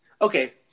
okay